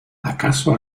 acaso